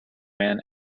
man